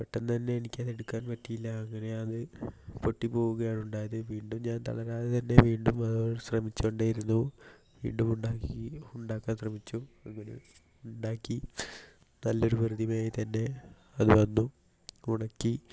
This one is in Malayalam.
പെട്ടെന്ന് തന്നെ എനിക്ക് അത് എടുക്കാൻ പറ്റിയില്ല അങ്ങനെ അത് പൊട്ടിപ്പോവുകയാണ് ഉണ്ടായത് വീണ്ടും ഞാൻ തളരാതെ തന്നെ വീണ്ടും ശ്രമിച്ചുകൊണ്ടേ ഇരുന്നു വിണ്ടും ഉണ്ടാക്കി ഉണ്ടാക്കാൻ ശ്രമിച്ചു ഉണ്ടാക്കി നല്ലൊരു പ്രതിമയായി തന്നെ അത് വന്നു ഉണക്കി